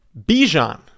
Bijan